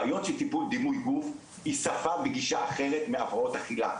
בעיות של טיפול דימוי גוף היא שפה בגישה אחרת מהפרעות אכילה,